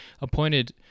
appointed